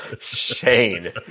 Shane